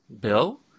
Bill